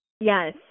Yes